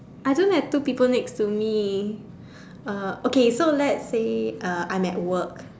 I don't have two people next to me uh okay so let's say uh I'm at work